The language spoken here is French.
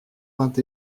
vingt